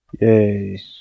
Yay